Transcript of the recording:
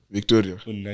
Victoria